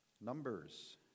Numbers